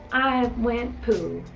i went poo,